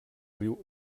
riu